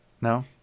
No